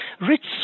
rich